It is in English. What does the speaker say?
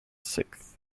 sixth